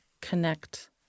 connect